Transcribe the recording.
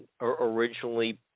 originally